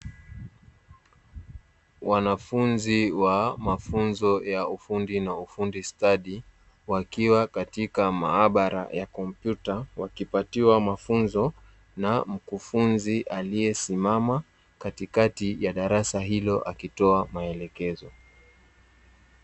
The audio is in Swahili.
Wanafunzi wa mafunzo ya ufundi na ufundi stadi, wakiwa katika maabara ya komputa wakipatiwa mafunzo na mkufunzi aliyesimama, katikati ya darasa hilo akitoa maelekezo.